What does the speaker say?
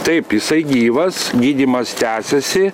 taip jisai gyvas gydymas tęsiasi